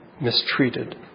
mistreated